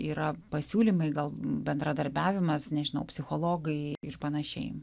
yra pasiūlymai gal bendradarbiavimas nežinau psichologai ir panašiai